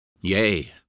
Yea